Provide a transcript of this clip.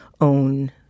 own